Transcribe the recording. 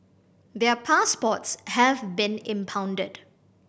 their passports have been impounded